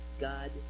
God